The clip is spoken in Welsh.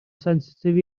sensitif